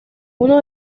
uno